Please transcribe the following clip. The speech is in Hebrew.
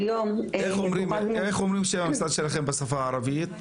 איך אומרים את שם המשרד שלכם בשפה הערבית?